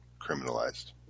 criminalized